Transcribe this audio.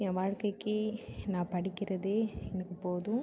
என் வாழ்க்கைக்கு நான் படிக்கிறதே எனக்கு போதும்